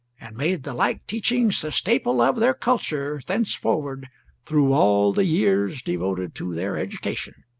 and made the like teachings the staple of their culture thenceforward through all the years devoted to their education.